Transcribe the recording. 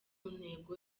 ntego